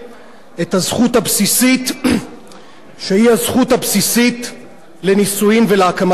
הזכות הבסיסית שהיא הזכות הבסיסית לנישואין ולהקמת משפחה.